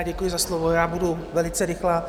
Děkuji za slovo, já budu velice rychlá.